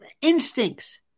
instincts